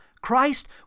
Christ